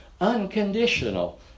Unconditional